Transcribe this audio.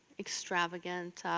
extravagant